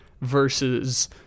versus